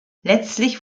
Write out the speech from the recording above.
letztlich